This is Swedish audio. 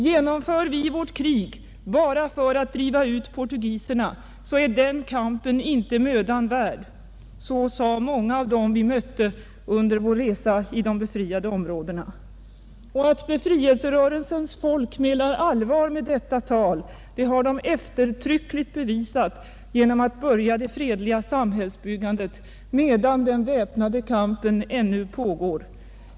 ”Genomför vi vårt krig bara för att driva ut portugiserna, så är den kampen inte mödan värd.” Så sade många av dem vi mötte under vår resa i de befriade områdena. Att Dbefrielserörelsens folk menar allvar med detta tal har de eftertryckligt bevisat genom att börja det fredliga samhällsbyggandet medan den väpnade kampen ännu pägår.